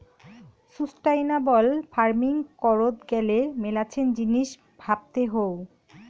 sustainable farming করত গ্যালে মেলাছেন জিনিস ভাবতে হউ